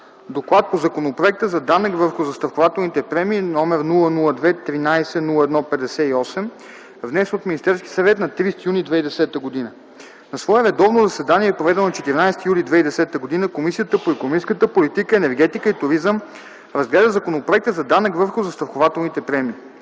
„ДОКЛАД по Законопроекта за данък върху застрахователните премии, № 002-01-58, внесен от Министерския съвет на 30 юни 2010 г. На свое редовно заседание, проведено на 14 юли 2010 г., Комисията по икономическата политика, енергетика и туризъм разгледа Законопроекта за данък върху застрахователните премии.